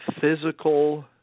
physical